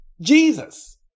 Jesus